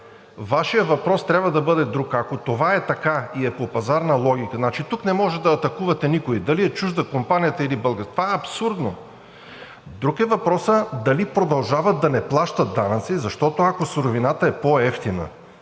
Вашият въпрос трябва да бъде друг – ако това е така и е по пазарна логика, значи, тук не може да атакувате никого – дали е чужда компанията или българска, това е абсурдно. Друг е въпросът дали продължават да не плащат данъци, защото, ако суровината е по-евтина